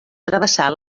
travessar